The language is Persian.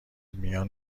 میان